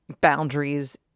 boundaries